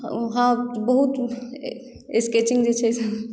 हँ बहुत स्केचिंग जे छै से